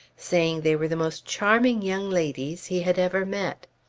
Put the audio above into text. saying they were the most charming young ladies he had ever met.